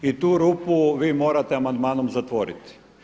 I tu rupu vi morate amandmanom zatvoriti.